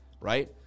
right